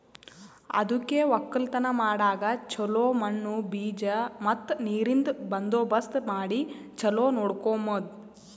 ಅದುಕೆ ಒಕ್ಕಲತನ ಮಾಡಾಗ್ ಚೊಲೋ ಮಣ್ಣು, ಬೀಜ ಮತ್ತ ನೀರಿಂದ್ ಬಂದೋಬಸ್ತ್ ಮಾಡಿ ಚೊಲೋ ನೋಡ್ಕೋಮದ್